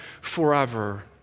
forever